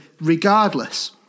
regardless